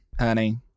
Honey